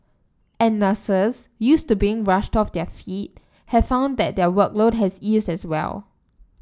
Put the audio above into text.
and nurses used to being rushed off their feet have found that their workload has eased as well